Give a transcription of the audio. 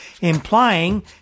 implying